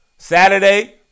Saturday